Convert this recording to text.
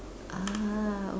ah